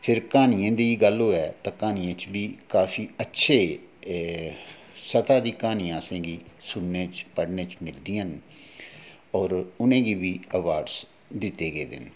फिर क्हानियें दी गल्ल होऐ ते क्हानियें च काफी अच्छे स्तर दी क्हानियां असेंगी सुनने च पढ़ने च मिलदियां न और उ'नेंगी बी अवार्ड दिते गेदे न